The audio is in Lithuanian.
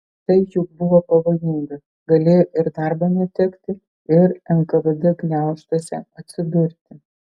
tai juk buvo pavojinga galėjo ir darbo netekti ir nkvd gniaužtuose atsidurti